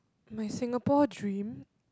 my Singapore dream